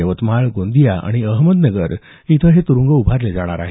यवतमाळ गोंदिया आणि अहमदनगर इथे हे तुरुंग उभारले जाणार आहेत